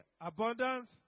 Abundance